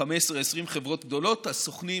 כ-15 20 חברות גדולות, הסוכנים